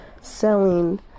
selling